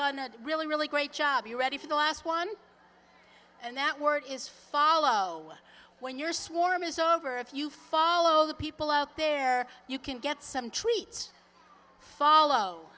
really really great job you're ready for the last one and that word is follow when you're swarm is over if you follow the people out there you can get some treats follow